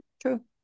True